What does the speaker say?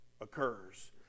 occurs